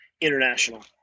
International